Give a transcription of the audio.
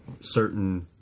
certain